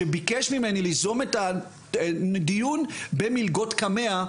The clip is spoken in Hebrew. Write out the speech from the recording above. שביקש ממני ליזום את הדיון במלגות קמ"ע.